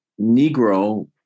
negro